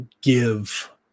give